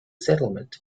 settlement